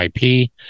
IP